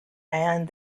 and